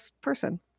person